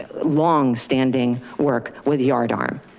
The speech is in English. ah longstanding work with yardarm.